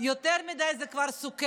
יותר מדי זה כבר סוכרת.